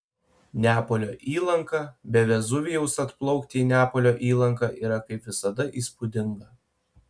neapolio įlanka be vezuvijaus atplaukti į neapolio įlanką yra kaip visada įspūdinga